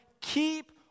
keep